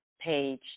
page